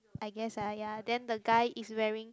I guess ah ya then the guy is wearing